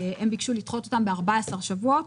הם ביקשו לדחות אותם ב-14 שבועות,